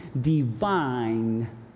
divine